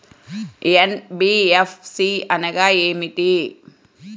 NBFC అనగా ఏమిటీ?